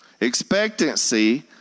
Expectancy